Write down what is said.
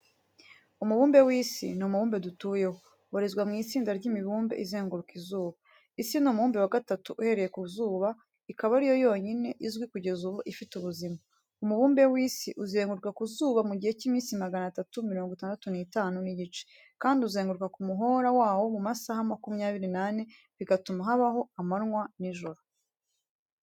Umubumbe w'isi ni umubumbe dutuyeho, ubarizwa mu itsinda ry'imibumbe izenguruka izuba. Isi ni umubumbe wa gatatu uhereye ku izuba, ikaba ari yo yonyine izwi kugeza ubu ifite ubuzima. Umubumbe w'isi uzenguruka ku zuba mu gihe cy'iminsi magana atatu mirongo itandatu n'itanu n'igice, kandi uzenguruka ku muhora wawo mu masaha makumyabiri n'ane bigatuma habaho amanywa n'ijoro.